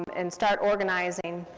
and start organizing,